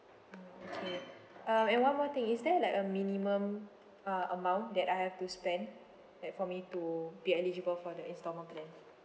mm okay um and one more thing is there like a minimum uh amount that I have to spend like for me to be eligible for the instalment plan